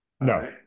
No